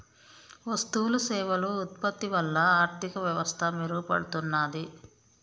వస్తువులు సేవలు ఉత్పత్తి వల్ల ఆర్థిక వ్యవస్థ మెరుగుపడుతున్నాది